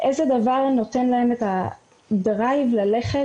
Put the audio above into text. איזה דבר נותן להם את הדרייב ללכת